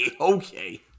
Okay